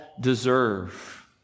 deserve